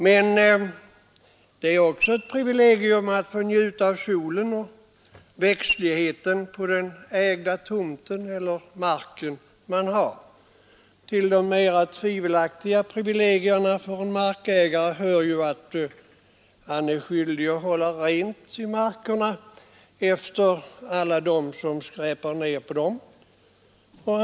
Men det är också ett privilegium att få njuta av solen och växtligheten på den ägda tomten och den ägda marken. Till de mer tvivelaktiga privilegierna för en markägare hör att han är skyldig att hålla rent efter alla dem som skräpar ned på hans mark.